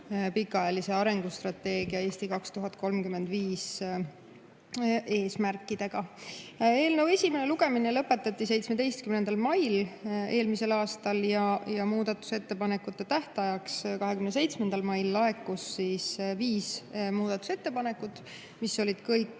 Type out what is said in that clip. pikaajalise arengustrateegia "Eesti 2035" eesmärkidega. Eelnõu esimene lugemine lõpetati 17. mail eelmisel aastal ja muudatusettepanekute tähtajaks, 27. maiks laekus viis muudatusettepanekut, mis olid kõik